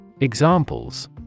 Examples